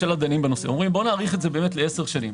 הממשלה ואומרים: נאריך את זה לעשר שנים,